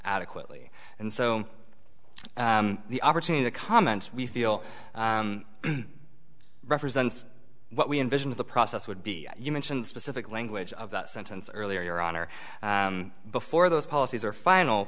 adequately and so the opportunity to comment we feel represents what we envision of the process would be you mentioned specific language of that sentence earlier on or before those policies are final